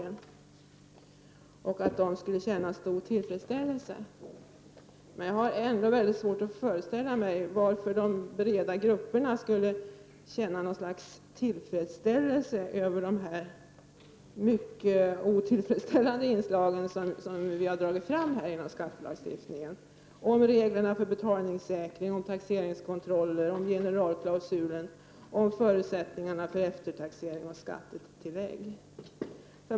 Han menade att de skulle känna stor tillfredsställelse. Jag har ändå väldigt svårt att föreställa mig varför de breda grupperna skulle känna något slags tillfredsställelse över de mycket otillfredsställande inslag som vi får i skattelagen — om reglerna för betalningssäkring, om taxeringskontroll, generalklausuler, om förutsättningarna för eftertaxering och skattetillägg.